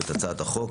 מתוך הצעת חוק